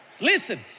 Listen